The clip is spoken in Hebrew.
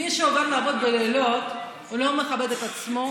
מי שעובר לעבוד בלילות הוא לא מכבד את עצמו,